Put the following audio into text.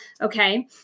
okay